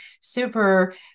super